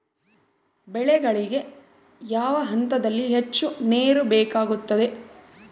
ಬೆಳೆಗಳಿಗೆ ಯಾವ ಹಂತದಲ್ಲಿ ಹೆಚ್ಚು ನೇರು ಬೇಕಾಗುತ್ತದೆ?